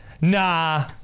Nah